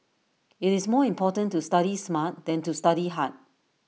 IT is more important to study smart than to study hard